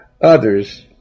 others